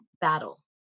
battle